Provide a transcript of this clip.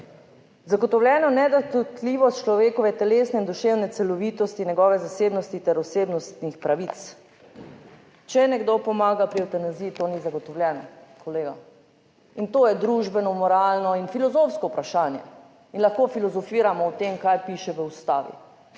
zagotovljena nedotakljivost človekove telesne in duševne celovitosti, njegove zasebnosti ter osebnostnih pravic. Če nekdo pomaga pri evtanaziji, to ni zagotovljeno, kolega. In to je družbeno, moralno in filozofsko vprašanje in lahko filozofiramo o tem, kaj piše v Ustavi.